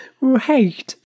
right